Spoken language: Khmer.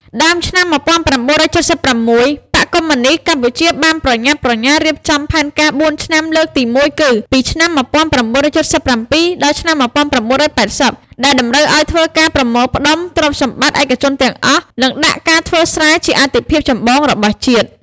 ដើមឆ្នាំ១៩៧៦ បក្សកុម្មុយនីស្តកម្ពុជាបានប្រញាប់ ប្រញាល់រៀបចំផែនការបួនឆ្នាំលើកទីមួយ គឺពីឆ្នាំ ១៩៧៧-១៩៨០ ដែលតម្រូវឱ្យធ្វើការប្រមូលផ្តុំព្រទ្យសម្បត្តិឯកជនទាំងអស់ និងដាក់ការធ្វើស្រែជាអាទិភាពចម្បងរបស់ជាតិ។